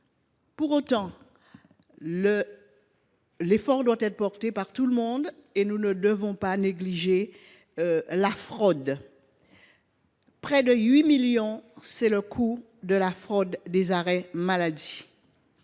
Cependant, l’effort doit être porté par tout le monde et nous ne devons pas négliger la fraude. Près de 8 millions d’euros : tel est le coût de la fraude aux arrêts maladie.